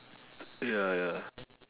ya ya